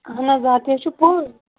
اَہَن حظ اکھ ریٚتھ چھُ فُل